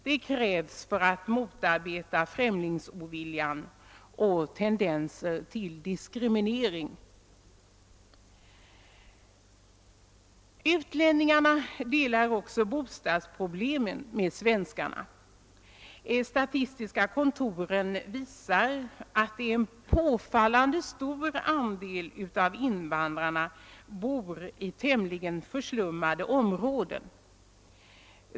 Det krävs för att motarbeta främlingsoviljan och tendenser till diskriminering. Utlänningarna delar bostadsproblemen med svenskarna. Statistiska kontoren visar att en påfallande stor andel av invandrarna bor i tämligen förslummade områden.